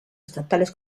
estatales